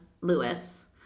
lewis